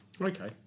Okay